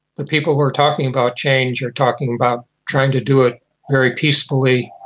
the people who are talking about change are talking about trying to do it very peacefully,